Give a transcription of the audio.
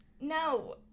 No